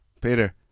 Peter